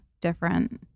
different